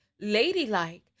Ladylike